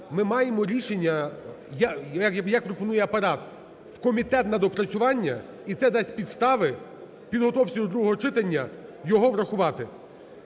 ми маємо рішення, як пропонує апарат: в комітет на доопрацювання, і це дасть підстави в підготовці до другого читання його врахувати.